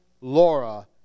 Laura